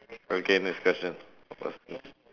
okay next question